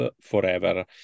forever